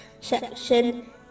section